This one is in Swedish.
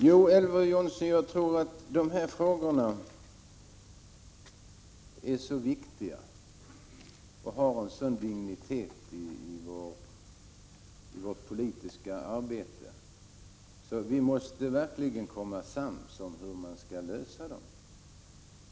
Jo, Elver Jonsson, jag tror att de här frågorna är så viktiga och har en sådan dignitet i vårt politiska arbete att vi verkligen måste bli sams om hur de skall lösas.